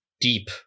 deep